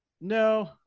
No